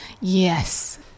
Yes